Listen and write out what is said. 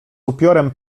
upiorem